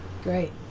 Great